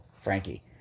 Frankie